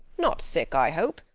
not sick, i hope.